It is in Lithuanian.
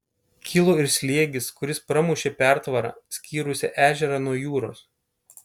kilo ir slėgis kuris pramušė pertvarą skyrusią ežerą nuo jūros